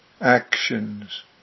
actions